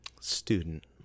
student